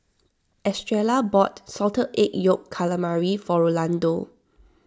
Estrella bought Salted Egg Yolk Calamari for Rolando